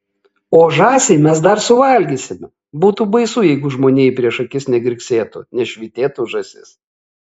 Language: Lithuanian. o žąsį mes dar suvalgysime būtų baisu jeigu žmonijai prieš akis negirgsėtų nešvytėtų žąsis